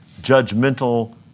judgmental